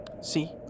See